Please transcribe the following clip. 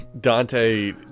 Dante